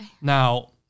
Now